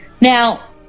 Now